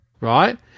right